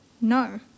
no